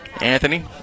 Anthony